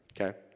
okay